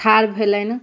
ठाढ़ भेलनि